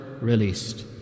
released